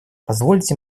позвольте